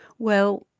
well,